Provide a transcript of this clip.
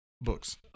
books